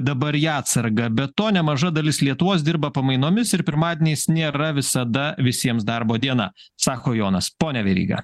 dabar į atsargą be to nemaža dalis lietuvos dirba pamainomis ir pirmadieniais nėra visada visiems darbo diena sako jonas pone veryga